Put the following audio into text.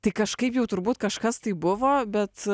tai kažkaip jau turbūt kažkas tai buvo bet